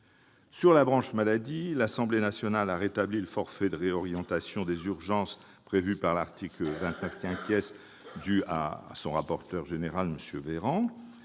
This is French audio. Sur la branche maladie, l'Assemblée nationale a rétabli le forfait de réorientation des urgences prévu par l'article 29 sur l'initiative de M. Véran,